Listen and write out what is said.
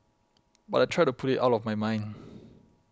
but I try to put it out of my mind